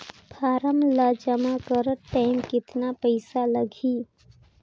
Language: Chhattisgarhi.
फारम ला जमा करत टाइम कतना पइसा लगही?